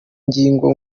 ngingo